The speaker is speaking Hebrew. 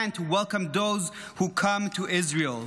to welcome those who come to Israel.